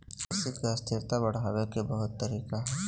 कृषि के स्थिरता बढ़ावे के बहुत तरीका हइ